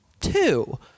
Two